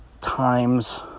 times